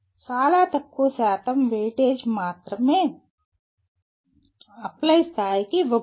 చాలా తక్కువ శాతం వెయిటేజ్ మాత్రమే 'అప్లై' స్థాయికి ఇవ్వబడుతుంది